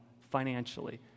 financially